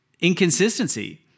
inconsistency